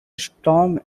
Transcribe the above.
storm